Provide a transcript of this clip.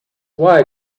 why